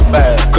Bad